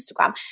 Instagram